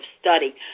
study